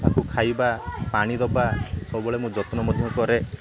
ତାକୁ ଖାଇବା ପାଣି ଦେବା ସବୁବେଳେ ମୁଁ ଯତ୍ନ ମଧ୍ୟ କରେ